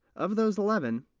of those eleven,